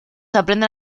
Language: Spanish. aprenden